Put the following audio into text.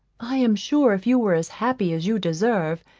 i am sure if you were as happy as you deserve,